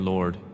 Lord